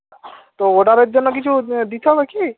তো অর্ডারের জন্য কিছু দিতে হবে কি